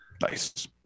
Nice